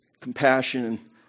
compassion